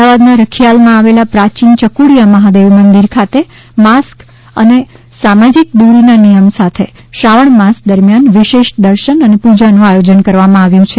અમદાવાદના રખિયાલમાં આવેલા પ્રાચીન ચક્રડિયા મહાદેવ મંદિર ખાતે માસ્ક અને સામાજિક દુરીના નિયમ સાથે શ્રાવણ માસ દરમિયાન વિશેષ દર્શન અને પૂજાનું આયોજન કરવામાં આવ્યું છે